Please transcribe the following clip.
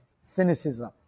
cynicism